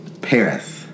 Paris